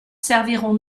serviront